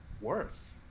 worse